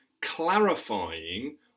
clarifying